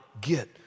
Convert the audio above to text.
get